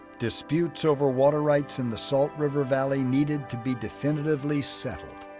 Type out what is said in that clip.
disputes over water rights in the salt river valley needed to be definitively settled.